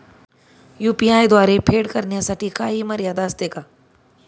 UPI द्वारे फेड करण्यासाठी काही मर्यादा असते का?